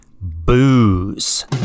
booze